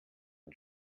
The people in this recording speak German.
den